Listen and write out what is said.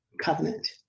covenant